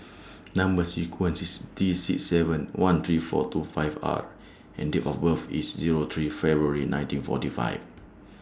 Number sequence IS T six seven one three four two five R and Date of birth IS Zero three February nineteen forty five